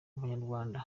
abanyarwanda